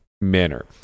manner